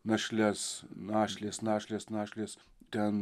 našles našlės našlės našlės ten